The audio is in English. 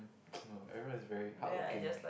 everyone is very hardworking